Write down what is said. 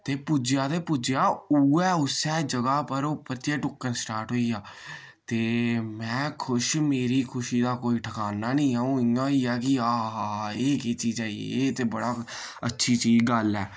ते पुज्जेआ ते पुज्जेयआ उऐ उस्सै जगह पर ओह् परतियै टुक्कन स्टार्ट होइया ते में खुश मेरी खुशी दा कोई ठिकाना नि अऊं इय्यां होइया कि आहा हा हा एह् केह् चीज आई एह् ते बड़ा अच्छी बी गल्ल ऐ